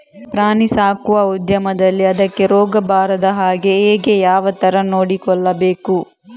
ಪ್ರಾಣಿ ಸಾಕುವ ಉದ್ಯಮದಲ್ಲಿ ಅದಕ್ಕೆ ರೋಗ ಬಾರದ ಹಾಗೆ ಹೇಗೆ ಯಾವ ತರ ನೋಡಿಕೊಳ್ಳಬೇಕು?